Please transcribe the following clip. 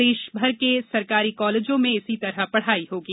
प्रदेशभर के सरकारी कॉलेजों में इसी तरह पढ़ाई होगी